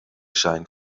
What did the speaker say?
zijn